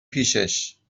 پیشش